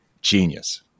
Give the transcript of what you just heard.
genius